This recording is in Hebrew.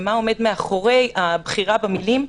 ומה עומד מאחורי הבחירה במילים.